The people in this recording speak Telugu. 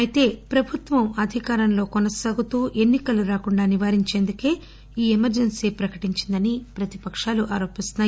అయితే ప్రభుత్వం అధికారాన్ని కొనసాగిస్తూ ఎన్ని కలు రాకుండా నివారించేందుకు ఈ ఎమర్టెన్సీ ప్రకటించిందని ప్రతిపకాలు ఆరోపిస్తున్నాయి